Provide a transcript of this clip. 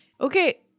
Okay